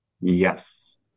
Yes